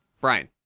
brian